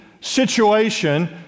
situation